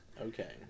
Okay